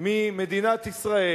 ממדינת ישראל,